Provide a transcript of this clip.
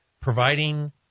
providing